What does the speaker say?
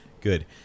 Good